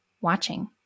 watching